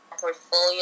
portfolio